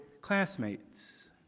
classmates